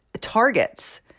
targets